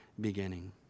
beginning